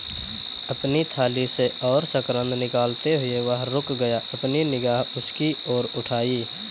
अपनी थाली से और शकरकंद निकालते हुए, वह रुक गया, अपनी निगाह उसकी ओर उठाई